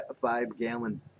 five-gallon